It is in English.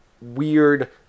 weird